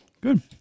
good